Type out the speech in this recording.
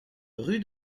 rue